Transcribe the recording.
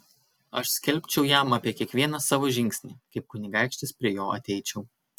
aš skelbčiau jam apie kiekvieną savo žingsnį kaip kunigaikštis prie jo ateičiau